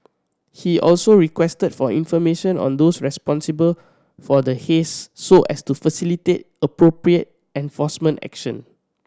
he also requested for information on those responsible for the haze so as to facilitate appropriate enforcement action